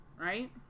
right